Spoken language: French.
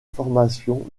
formation